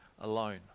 alone